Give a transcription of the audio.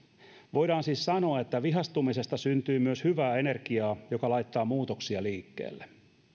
voidaan siis sanoa että vihastumisesta syntyy myös hyvää energiaa joka laittaa muutoksia liikkeelle